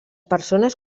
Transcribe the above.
persones